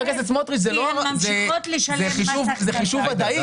זה חישוב ודאי.